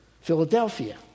Philadelphia